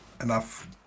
enough